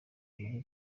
muri